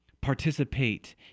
participate